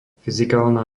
fyzikálna